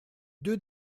deux